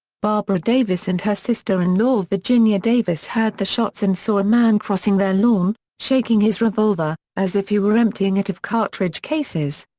barbara davis and her sister-in-law virginia davis heard the shots and saw a man crossing their lawn, shaking his revolver, as if he were emptying it of cartridge cases.